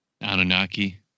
Anunnaki